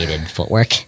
footwork